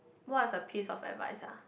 what is a piece of advice ah